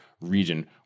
region